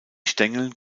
stängel